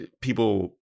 people